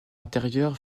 intérieur